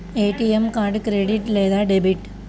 ATM card credit లేదా debit?